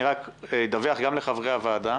אדווח גם לחברי הוועדה,